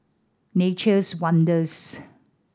Nature's Wonders